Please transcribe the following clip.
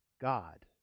God